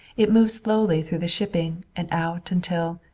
it moved slowly through the shipping and out until,